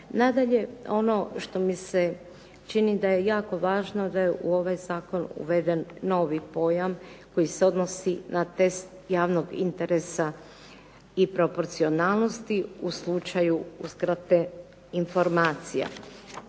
Nadalje, ono što mi se čini da je jako važno, da je u ovaj zakon uveden novi pojam koji se odnosi na test javnog interesa i proporcionalnosti u slučaju uskrate informacija.